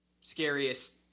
scariest